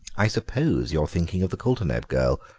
i suppose you're thinking of the coulterneb girl.